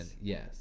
Yes